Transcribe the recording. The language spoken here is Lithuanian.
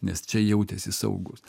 nes čia jautėsi saugūs